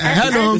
hello